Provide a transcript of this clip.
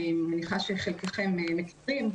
אני מניחה שחלקכם מכירים,